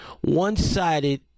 one-sided